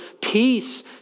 peace